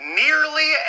nearly